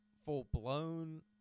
full-blown